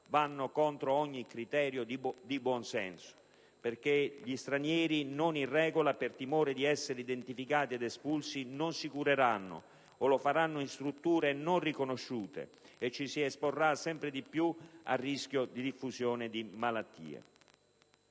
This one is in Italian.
va contro ogni criterio di buonsenso perché gli stranieri non in regola, per timore di essere identificati ed espulsi, non si cureranno o lo faranno in strutture non riconosciute e ci si esporrà sempre più al rischio di diffusione di malattie.